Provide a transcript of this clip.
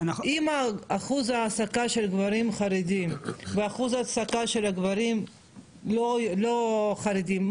אם אחוז ההעסקה של גברים חרדים ואחוז ההעסקה של גברים לא חרדים,